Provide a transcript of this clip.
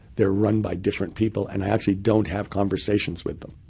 they're run by different people, and i actually don't have conversations with them.